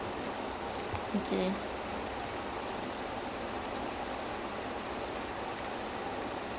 ya so அந்த:antha biography suriya is taken up then அந்த:antha director இறுதி சுற்று:iruthi suttru